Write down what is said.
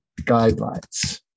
guidelines